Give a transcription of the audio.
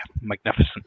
Magnificent